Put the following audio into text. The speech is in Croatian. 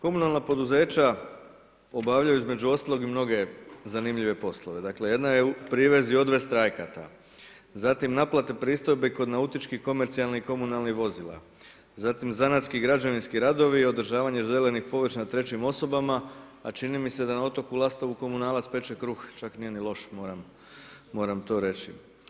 Komunalna poduzeća probavljaju između ostalog i mnoge zanimljive poslove, dakle, jedna je privez i odvest … Zatim naplate pristojbe kod nautičkih komercijalnih i komunalnih vozila, zatim zanatski građevinski radovi i održavanje zelenih površina trećim osobama, a čini mi se da na otoku Lastovu komunalac peče kruh, čak nije ni loše, moram to reći.